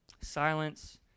Silence